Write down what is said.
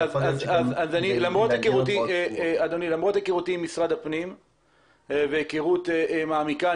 למרות היכרותי את משרד הפנים היכרות מעמיקה,